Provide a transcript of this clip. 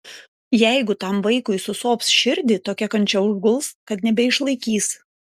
jeigu tam vaikui susops širdį tokia kančia užguls kad nebeišlaikys